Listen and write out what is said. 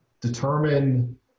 determine